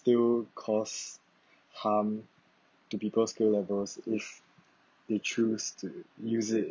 still cause harm to people skill levels if they choose to use it